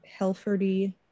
Helferty